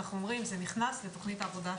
אנחנו אומרים שזה נכנס לתוכנית העבודה השנתית.